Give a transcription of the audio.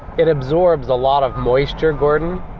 it absorbs a lot of moisture, gordon.